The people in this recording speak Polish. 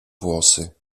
włosy